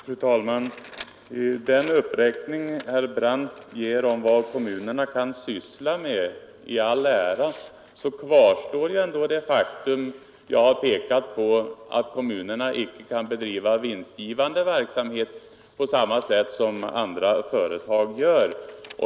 Fru talman! Den uppräkning herr Brandt gör av vad kommunerna kan syssla med i all ära; det faktum som jag har pekat på kvarstår ändå, nämligen att kommunerna icke kan bedriva vinstgivande verksamhet på samma sätt som andra företag gör.